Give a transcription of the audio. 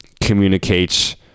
communicates